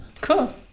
Cool